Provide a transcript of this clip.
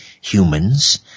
humans